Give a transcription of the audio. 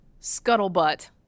scuttlebutt